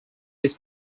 his